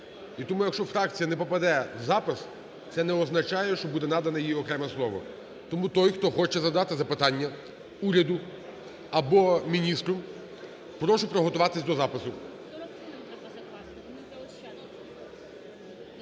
тому, якщо фракція не попаде в запис, це не означає, що буде надано їй окремо слово. Тому той, хто хоче задати запитання уряду або міністру, прошу приготуватись до запису.